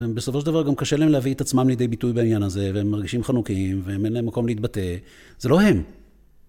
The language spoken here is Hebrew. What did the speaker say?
בסופו של דבר, גם קשה להם להביא את עצמם לידי ביטוי בעניין הזה, והם מרגישים חנוקים, והם אין להם מקום להתבטא. זה לא הם.